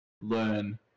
learn